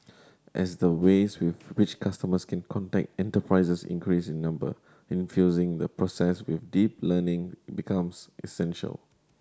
as the ways with which customers can contact enterprises increase in number infusing the process with deep learning becomes essential